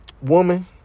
Woman